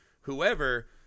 whoever